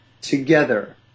together